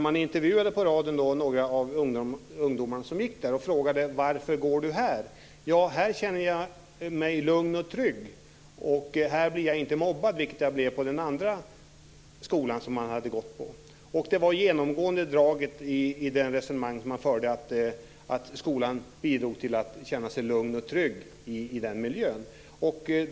Man frågade ett par av skolans elever varför de gick där och fick till svar: Här känner jag mig lugn och trygg, och här blir jag inte mobbad, vilket jag blev på den andra skolan. Det genomgående temat var att skolan bidrog till att eleverna kände sig lugna och trygga i den skolmiljön.